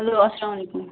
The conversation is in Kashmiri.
ہیٚلو اَسلام علیکُم